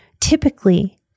typically